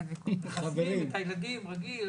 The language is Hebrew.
מחסנים את הילדים, רגיל?